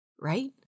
right